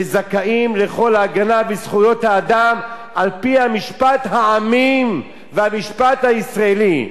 וזכאים לכל ההגנה בזכויות האדם על-פי משפט העמים והמשפט הישראלי,